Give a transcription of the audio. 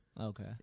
Okay